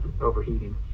overheating